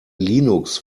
linux